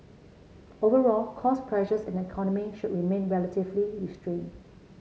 overall cost pressures in the economy should remain relatively restrained